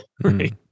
right